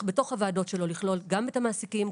בתוך הוועדות שלו לכלול גם את המעסיקים,